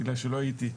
בגלל שלא הייתי.